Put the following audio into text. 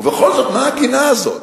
ובכל זאת מה הגינה הזאת?